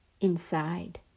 inside